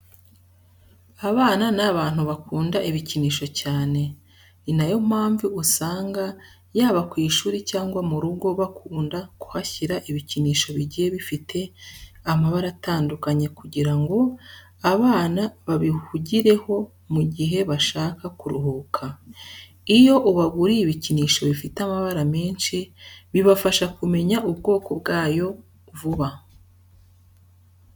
Abana ni abantu bakunda ibikinisho cyane, ni nayo mpamvu usanga yaba ku ishuri cyangwa mu rugo bakunda kuhashyira ibikinisho bigiye bifite amabara atandukanye kugira ngo abana babihugireho mu gihe bashaka kuruhuka. Iyo ubaguriye ibikinisho bifite amabara menshi bibafasha kumenya ubwoko bwayo vuba.